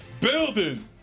building